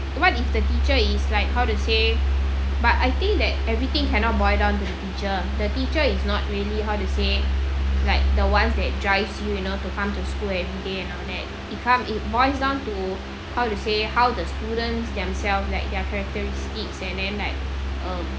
what if the teacher is like how to say but I think that everything cannot boil down to the teacher the teacher is not really how to say like the ones that drive you and all to come to school everyday and all that it comes it boils down to how to say how the student themselves like their characteristics and then like um